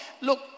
look